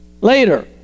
Later